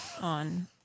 on